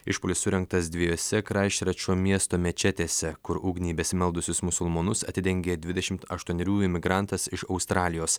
išpuolis surengtas dviejose kraisčerčo miesto mečetėse kur ugnį besimeldusius musulmonus atidengė dvidešimt aštuonerių imigrantas iš australijos